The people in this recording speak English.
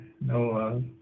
no